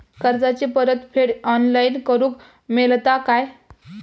कर्जाची परत फेड ऑनलाइन करूक मेलता काय?